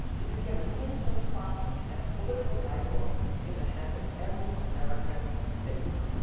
it became an instant classic and a political guidebook in the hands of every american statesman.